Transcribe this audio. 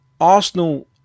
Arsenal